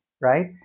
right